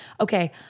okay